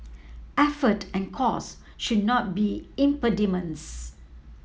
effort and cost should not be impediments